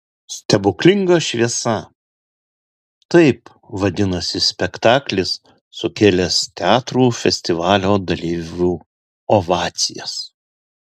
stebuklinga šviesa taip vadinasi spektaklis sukėlęs teatrų festivalio dalyvių ovacijas